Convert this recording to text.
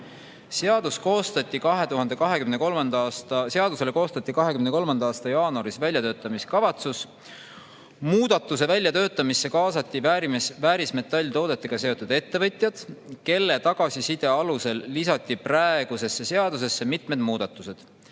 Seadusele koostati 2023. aasta jaanuaris väljatöötamiskavatsus. Muudatuse väljatöötamisse kaasati väärismetalltoodetega seotud ettevõtjad, kelle tagasiside alusel lisati praegusesse seadusesse mitmed muudatused,